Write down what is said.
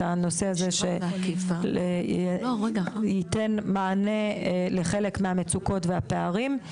הנושא הזה שייתן מענה לחלק מהמצוקות והפערים.